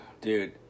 Dude